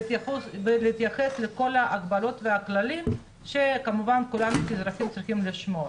ולהתייחס לכל ההגבלות והכללים שכמובן כולנו כאזרחים צריכים לשמור.